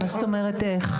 מה זאת אומרת איך?